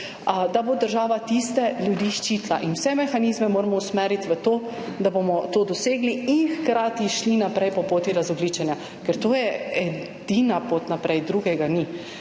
da bo država ščitila tiste ljudi in vse mehanizme moramo usmeriti v to, da bomo to dosegli in hkrati šli naprej po poti razogljičenja. Ker to je edina pot naprej, drugega ni.